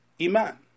iman